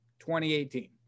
2018